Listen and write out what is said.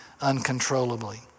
uncontrollably